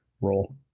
roll